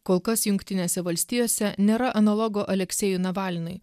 kol kas jungtinėse valstijose nėra analogo aleksėjui navalnui